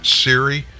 siri